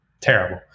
terrible